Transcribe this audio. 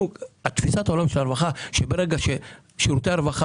תפיסת העולם של הרווחה היא שברגע ששירותי הרווחה,